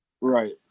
Right